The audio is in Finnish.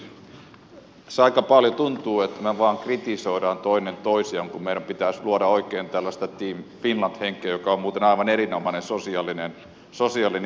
tässä aika paljon tuntuu siltä että me vain kritisoimme toinen toisiamme kun meidän pitäisi luoda oikein tällaista team finland henkeä joka on muuten aivan erinomainen sosiaalinen innovaatio